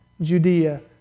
Judea